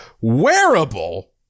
Wearable